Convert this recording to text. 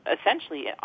essentially